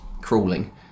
crawling